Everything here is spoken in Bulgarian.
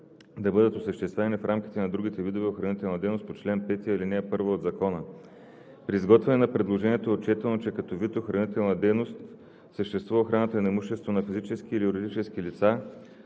да бъдат осъществявани в рамките на другите видове охранителни дейности по чл. 5, ал. 1 от Закона. При изготвяне на предложението е отчетено, че като вид охранителна дейност съществува охраната на имущество на физически или юридически лица,